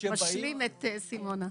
משלים את סימונה.